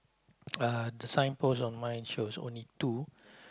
uh the signpost on mine shows only two